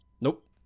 Nope